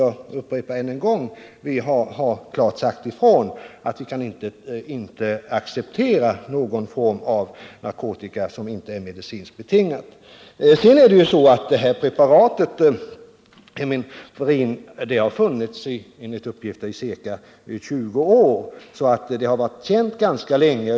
Jag upprepar än en gång att riksdagen klart har sagt ifrån att vi inte kan acceptera någon form av narkotika som inte är medicinskt betingad. Det preparat som jag nämner i min fråga, Heminevrin, har enligt uppgift funnits i ca 20 år och har alltså varit känt ganska länge.